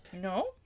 No